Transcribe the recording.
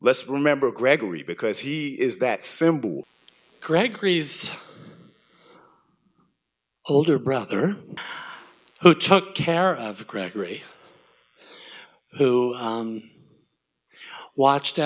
let's remember gregory because he is that symbol gregory's older brother who took care of gregory who watched